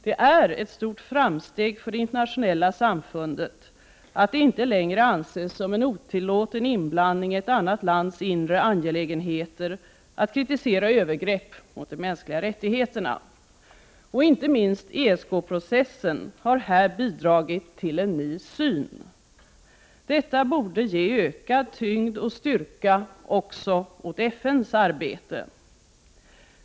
Det är ett stort framsteg för det internationella samfundet att det inte längre anses som en otillåten inblandning i ett annat lands inre angelägenheter att kritisera övergrepp mot de mänskliga rättigheterna. Inte minst ESK-processen har här bidragit till en ny syn. Detta borde ge ökad tyngd och styrka också åt FN:s arbete.